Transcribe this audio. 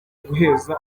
guheza